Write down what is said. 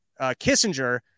Kissinger